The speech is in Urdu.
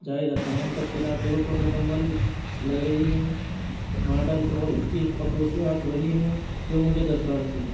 جائداد تمام تفصیلات درست اور مکمل لگ رہی ہیں ماڈل اور اس کی خصوصیات وہی ہیں جو مجھے درکار تھی